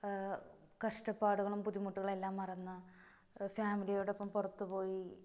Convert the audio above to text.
കഷ്ടപ്പാടുകളും ബുദ്ധിമുട്ടുകളുമെല്ലാം മറന്ന് ഫാമിലിയോടൊപ്പം പുറത്ത്പോയി